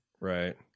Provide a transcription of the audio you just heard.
Right